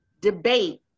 Debate